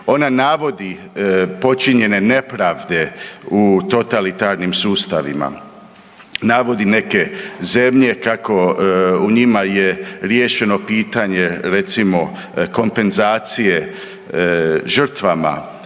Ona navodi počinjene nepravde u totalitarnim sustavima. Navodi neke zemlje kako u njima je riješeno pitanje, recimo, kompenzacije žrtvama